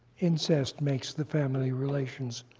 incest makes the family relations